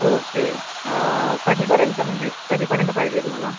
okay कधीपर्यंत म्हणजे कधीपर्यंत पाहिजे तुम्हाला